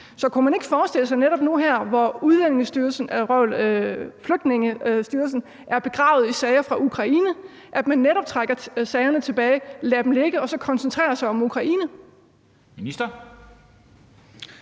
Så kunne man ikke netop nu her, hvor Flygtningenævnet er begravet i sager fra Ukraine, forestille sig, at man trækker sagerne tilbage og lader dem ligge og så koncentrerer sig om Ukraine?